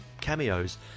cameos